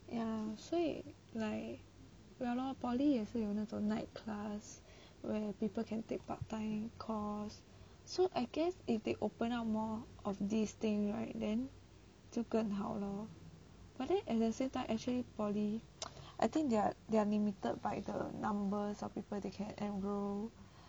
ya 所以 like ya lor poly 也是有那种 night class where people can take part time course so I guess if they open up more of this thing right then 就更好 lor but then at the same time actually poly I think they are they are limited by the numbers of people they can and grow